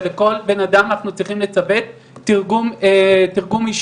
ולכל בנאדם אנחנו צריכים לצוות תרגום אישי.